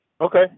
Okay